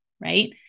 Right